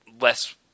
less